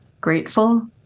grateful